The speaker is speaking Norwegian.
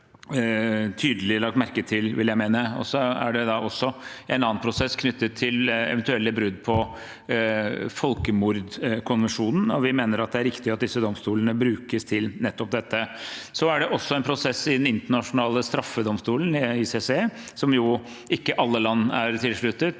er det også en annen prosess knyttet til eventuelle brudd på folkemordkonvensjonen, og vi mener det er riktig at disse domstolene brukes til nettopp dette. Det er også en prosess i Den internasjonale straffedomstolen, ICC, som jo ikke alle land er tilsluttet